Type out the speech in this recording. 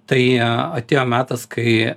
tai atėjo metas kai